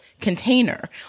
container